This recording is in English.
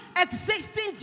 existing